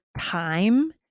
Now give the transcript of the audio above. time